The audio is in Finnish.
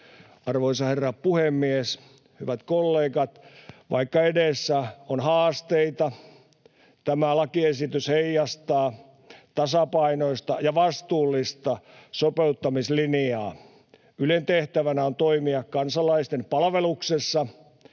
Arvoisa herra puhemies! Hyvät kollegat! Vaikka edessä on haasteita, tämä lakiesitys heijastaa tasapainoista ja vastuullista sopeuttamislinjaa. Ylen tehtävänä on toimia kansalaisten palveluksessa,